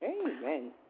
Amen